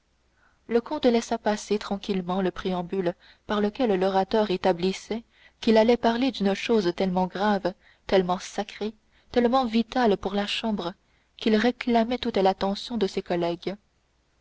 le comte laissa passer tranquillement le préambule par lequel l'orateur établissait qu'il allait parler d'une chose tellement grave tellement sacrée tellement vitale pour la chambre qu'il réclamait toute l'attention de ses collègues